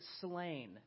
slain